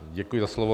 Děkuji za slovo.